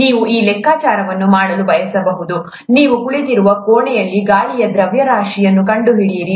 ನೀವು ಈ ಲೆಕ್ಕಾಚಾರವನ್ನು ಮಾಡಲು ಬಯಸಬಹುದು ನೀವು ಕುಳಿತಿರುವ ಕೋಣೆಯಲ್ಲಿ ಗಾಳಿಯ ದ್ರವ್ಯರಾಶಿಯನ್ನು ಕಂಡುಹಿಡಿಯಿರಿ